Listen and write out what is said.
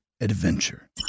adventure